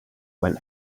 went